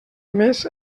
més